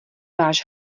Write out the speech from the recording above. váš